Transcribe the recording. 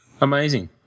amazing